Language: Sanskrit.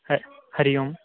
ह हरिः ओम्